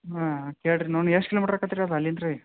ಹಾಂ ಕೇಳ್ರಿ ಎಷ್ಟು ಕಿಲೋಮೀಟ್ರ್ ಆಕತ್ತೆ ರೀ ಅದು ಅಲ್ಲಿಂದ ರೀ